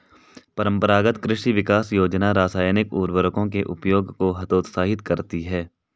परम्परागत कृषि विकास योजना रासायनिक उर्वरकों के उपयोग को हतोत्साहित करती है